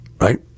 Right